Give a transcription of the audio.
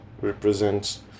represents